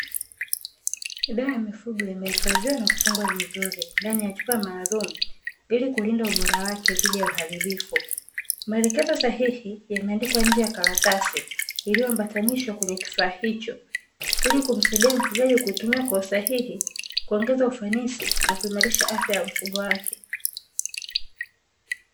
Dawa ya mifugo imehifadhiwa na kufungwa vizuri ndani ya chupa maalumu ili kulinda ubora wake dhidi ya uharibifu. Maelekezo sahihi yameandikwa nje ya karatasi iliyoambatanishwa kwenye kifaa hicho, ili kumsaidia mfugaji kutumia kwa usahihi kuongeza ufanisi na kuimarisha afya ya mifugo yake.